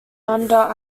under